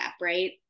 right